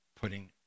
putting